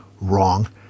wrong